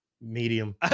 medium